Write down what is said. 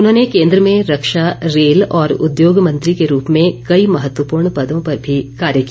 उन्होंने केन्द्र में रक्षा रेल और उद्योग मंत्री के रूप में कई महत्वपूर्ण पदों पर भी कार्य किया